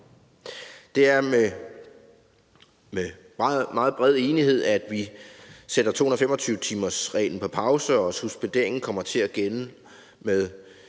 Det er med meget bred enighed, at vi sætter 225-timersreglen på pause, og suspenderingen kommer til at gælde med